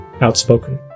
outspoken